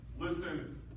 Listen